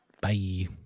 Bye